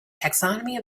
taxonomy